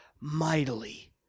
mightily